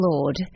Lord